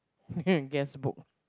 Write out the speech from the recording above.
guestbook